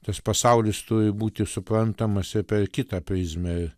tas pasaulis turi būti suprantamas apie kitą prizmę